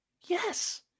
Yes